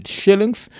shillings